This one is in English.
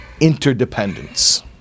Interdependence